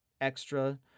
Extra